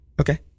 Okay